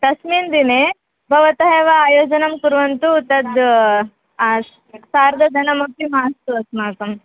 तस्मिन् दिने भवन्तः एव आयोजनं कुर्वन्तु तद् सार्धधनमपि मास्तु अस्माकम्